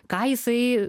ką jisai